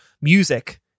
music